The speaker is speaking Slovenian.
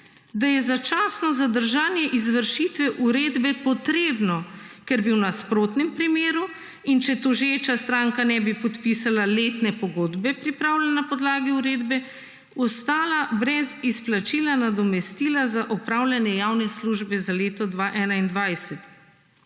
da je začasno zadržanje izvršitve uredbe potrebno, ker bi v nasprotnem primeru in če tožeča stranka, ne bi podpisala letne pogodbe pripravljene na podlagi uredbe, ostala brez izplačila nadomestila za opravljanje javne službe za leto 2021.«